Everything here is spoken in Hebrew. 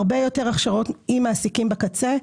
יש הרבה יותר הכשרות עם מעסיקים בקצה.